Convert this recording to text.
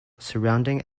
surrounding